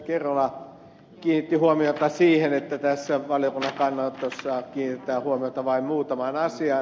kerola kiinnitti huomiota siihen että tässä valiokunnan kannanotossa kiinnitetään huomiota vain muutamaan asiaan